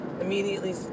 immediately